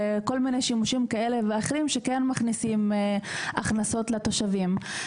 כל מיני שימושים כאלה ואחרים שכן מכניסים הכנסות לתושבים.